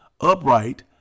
upright